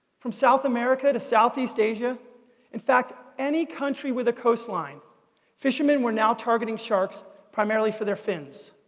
from south america to southeast asia in fact, any country with a coastline fishermen were now targeting sharks primarily for their fins.